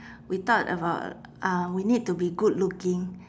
we thought about uh we need to be good looking